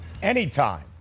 Anytime